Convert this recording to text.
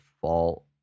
fault